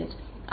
incident